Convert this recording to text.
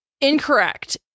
Incorrect